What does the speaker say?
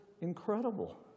incredible